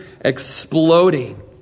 exploding